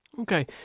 okay